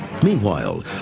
Meanwhile